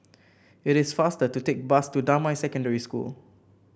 it is faster to take bus to Damai Secondary School